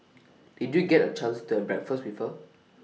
did you get A chance to have breakfast with her